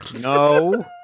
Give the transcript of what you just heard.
No